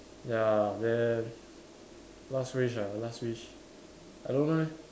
ya then last wish ah last wish I don't know leh